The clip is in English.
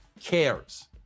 cares